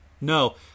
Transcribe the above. No